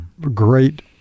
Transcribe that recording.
great